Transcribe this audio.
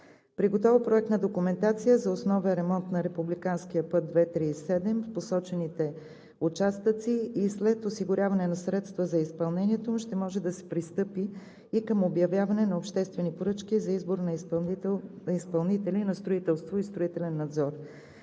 При готова проектна документация за основен ремонт на републикански път ІI-37 в посочените участъци и след осигуряване на средства за изпълнението му ще може да се пристъпи и към обявяване на обществени поръчки за избор на изпълнители на строителството и строителния надзор.